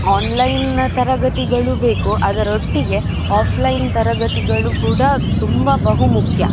ಆನ್ಲೈನಿನ ತರಗತಿಗಳು ಬೇಕು ಅದರೊಟ್ಟಿಗೆ ಆಫ್ಲೈನ್ ತರಗತಿಗಳು ಕೂಡ ತುಂಬ ಬಹುಮುಖ್ಯ